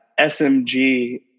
SMG